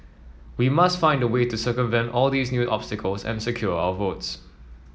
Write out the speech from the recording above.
we must find a way to circumvent all these new obstacles and secure our votes